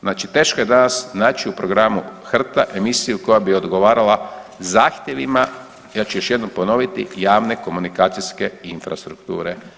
Znači teško je danas naći u programu HRT-a emisiju koja bi odgovarala zahtjevima, ja ću još jednom ponoviti, javne komunikacijske infrastrukture.